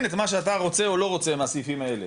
את מה שאתה רוצה או לא רוצה מהסעיפים האלה.